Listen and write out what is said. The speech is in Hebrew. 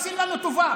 עושים לנו טובה.